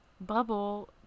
Bubble